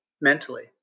mentally